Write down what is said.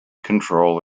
control